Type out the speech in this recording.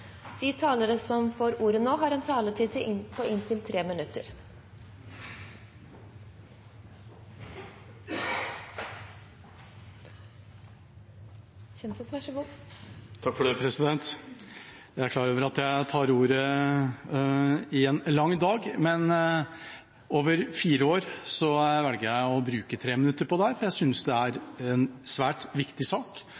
en taletid på inntil 3 minutter. Jeg er klar over at jeg tar ordet på en lang dag, men over fire år velger jeg å bruke 3 minutter på dette, for jeg synes det